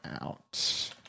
out